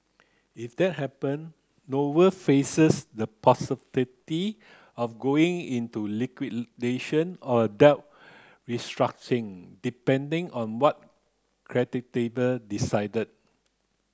if that happen Noble faces the possibility of going into liquidation or a debt restructuring depending on what decide